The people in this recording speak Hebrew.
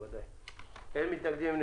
אין מתנגדים.